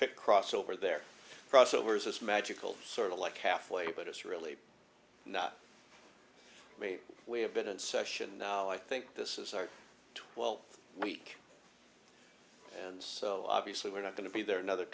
pick crossover there crossovers as magical sort of like halfway but it's really not may we have been in session now i think this is our twelve week and so obviously we're not going to be there another